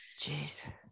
Jeez